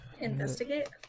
Investigate